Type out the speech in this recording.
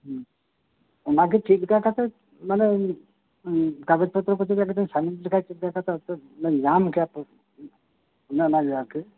ᱚᱱᱟ ᱜᱮ ᱪᱮᱫ ᱞᱮᱠᱟ ᱠᱟᱛᱮ ᱢᱟᱱᱮ ᱠᱟᱜᱚᱡ ᱯᱚᱛᱨᱚ ᱠᱚ ᱪᱮᱫ ᱞᱮᱠᱟ ᱠᱟᱛᱤᱧ ᱥᱟᱵᱢᱤᱴ ᱞᱮᱠᱷᱟᱡ ᱪᱮᱫ ᱞᱮᱠᱟᱛᱮ ᱧᱟᱢ ᱠᱮᱭᱟ ᱚᱱᱮ ᱚᱱᱟᱜᱮ ᱟᱨᱠᱤ